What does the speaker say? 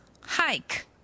Hike